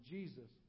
Jesus